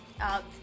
up